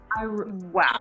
Wow